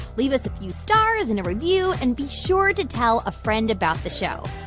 leave us a few stars and a review and be sure to tell a friend about the show.